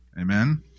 Amen